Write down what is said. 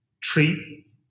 treat